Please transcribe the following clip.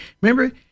remember